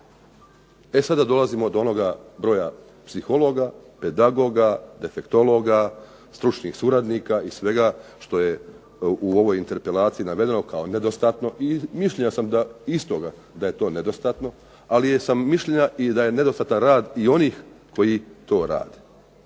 E sada dolazimo do onoga broja psihologa, pedagoga, defektologa i stručnih suradnika i svega što je u ovoj interpelaciji navedeno kao nedostatno, i mišljenja sam da istoga da je to nedostatno ali sam mišljenja i da je nedostatan rad onih koji to rade,